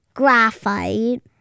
graphite